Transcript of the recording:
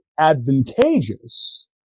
advantageous